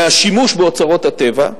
מהשימוש באוצרות הטבע,